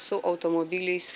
su automobiliais